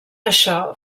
això